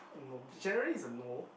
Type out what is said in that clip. no generally is a no